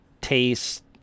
taste